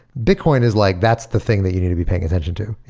bitcoin is like that's the thing that you need to be paying attention to.